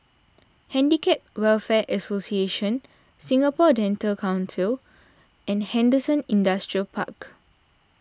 Handicap Welfare Association Singapore Dental Council and Henderson Industrial Park